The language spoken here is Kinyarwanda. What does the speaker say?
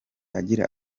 agira